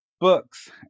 Books